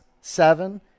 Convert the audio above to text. seven